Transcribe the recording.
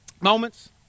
moments